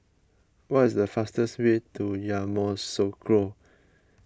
what is the fastest way to Yamoussoukro